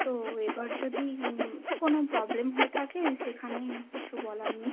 তো এবার যদি কোনো প্রবলেম হয়ে থাকে সেখানে কিছু বলার নেই